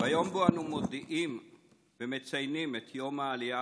ביום שבו אנו מודיעים ומציינים את יום העלייה,